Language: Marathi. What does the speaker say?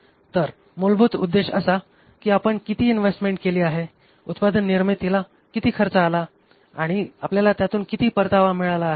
तर मूलभूत उद्देश असा की आपण किती इन्व्हेस्टमेन्ट केली आहे उत्पादन निर्मितीला किती खर्च आला आपल्याला त्यातून किती परतावा मिळाला आहे